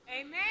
Amen